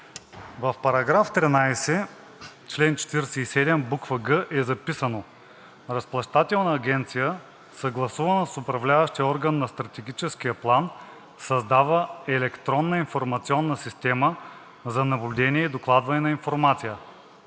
В § 13, чл. 47, буква „г“ е записано: „Разплащателна агенция, съгласувана с управляващия орган на Стратегическия план, създава електронна информационна система за наблюдение и докладване на информация.“